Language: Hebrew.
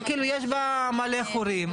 יש בה מלא חורים.